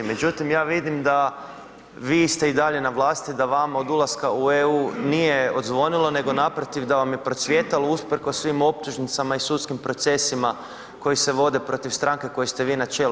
Međutim, ja vidim da vi ste i dalje na vlasti, da vama od ulaska u EU nije odzvonilo nego naprotiv da vam je procvjetalo usprkos svim optužnicama i sudskim procesima koji se vode protiv stranke kojoj ste vi na čelu.